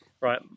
Right